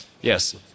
yes